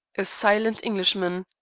a silent englishman,